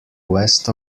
west